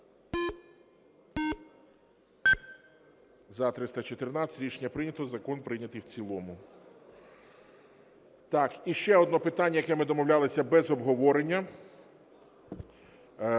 За-314 Рішення прийнято. Закон прийнятий в цілому. Так і ще одне питання, яке ми домовлялись без обговорення,